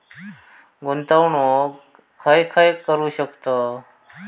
गुंतवणूक खय खय करू शकतव?